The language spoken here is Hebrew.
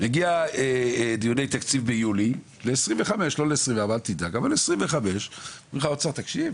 הגיעו דיוני תקציב ביולי לשנת 2025 אומרים לך ממשרד האוצר תקשיב